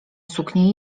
suknie